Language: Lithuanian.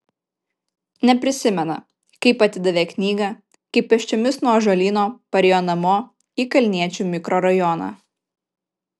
neprisimena kaip atidavė knygą kaip pėsčiomis nuo ąžuolyno parėjo namo į kalniečių mikrorajoną